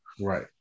Right